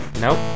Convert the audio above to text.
Nope